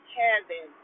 heaven